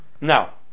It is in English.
Now